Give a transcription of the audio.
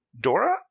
Dora